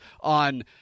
on